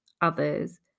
others